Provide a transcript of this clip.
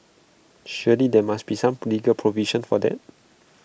surely there must be some legal provision for that